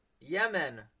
Yemen